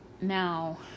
Now